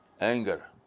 anger